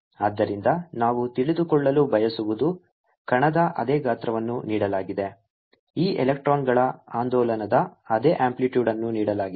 ಆದ್ದರಿಂದ ನಾವು ತಿಳಿದುಕೊಳ್ಳಲು ಬಯಸುವುದು ಕಣದ ಅದೇ ಗಾತ್ರವನ್ನು ನೀಡಲಾಗಿದೆ ಈ ಎಲೆಕ್ಟ್ರಾನ್ಗಳ ಆಂದೋಲನದ ಅದೇ ಅಂಪ್ಲಿಟ್ಯೂಡ್ಅನ್ನು ನೀಡಲಾಗಿದೆ